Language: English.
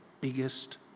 biggest